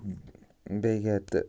بیٚیہِ کیٛاہ تہٕ